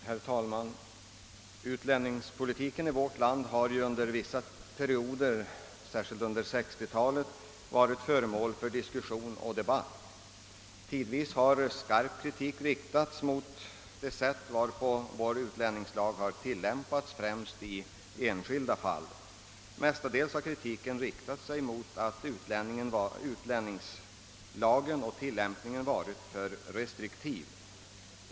Herr talman! Utlänningspolitiken i vårt land har ju under vissa perioder, särskilt under 1960-talet, varit föremål för diskussion och debatt. Tidvis har skarp kritik riktats mot det sätt varpå vår utlänningslag tillämpats, främst i enskilda fall. Mestadels har kritiken riktat sig mot att utlänningslagen och tillämpningen varit för restriktiv.